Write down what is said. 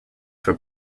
for